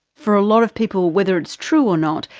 for a lot of people, whether it's true or not,